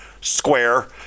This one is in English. square